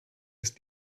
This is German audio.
ist